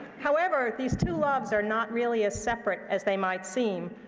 however, these two loves are not really as separate as they might seem,